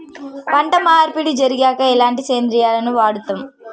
పంట మార్పిడి జరిగాక ఎలాంటి సేంద్రియాలను వాడుతం?